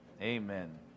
Amen